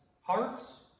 hearts